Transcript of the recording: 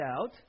out